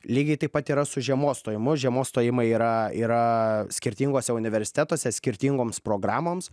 lygiai taip pat yra su žiemos stojimu žiemos stojimai yra yra skirtinguose universitetuose skirtingoms programoms